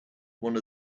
one